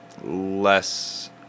less